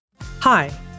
Hi